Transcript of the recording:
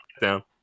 down